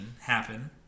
happen